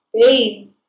pain